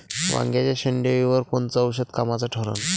वांग्याच्या शेंडेअळीवर कोनचं औषध कामाचं ठरन?